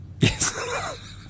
Yes